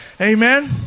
Amen